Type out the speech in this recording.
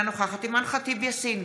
אינה נוכחת אימאן ח'טיב יאסין,